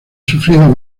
sufrido